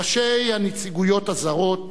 ראשי הנציגויות הזרות,